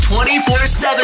24-7